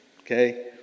okay